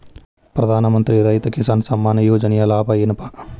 ಪ್ರಧಾನಮಂತ್ರಿ ರೈತ ಕಿಸಾನ್ ಸಮ್ಮಾನ ಯೋಜನೆಯ ಲಾಭ ಏನಪಾ?